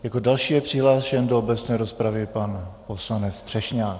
Jako další je přihlášen do obecné rozpravy pan poslanec Třešňák.